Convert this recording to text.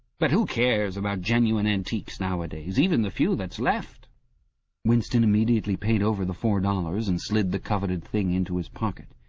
but who cares about genuine antiques nowadays even the few that's left winston immediately paid over the four dollars and slid the coveted thing into his pocket.